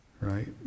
Right